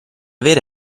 vera